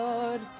Lord